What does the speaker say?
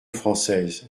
française